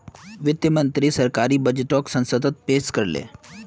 वित्त मंत्री सरकारी बजटोक संसदोत पेश कर ले